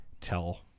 tell